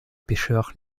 pécheurs